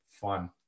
fun